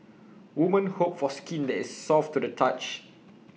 women hope for skin that is soft to the touch